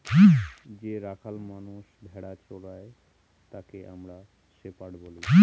যে রাখাল মানষ ভেড়া চোরাই তাকে আমরা শেপার্ড বলি